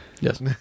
Yes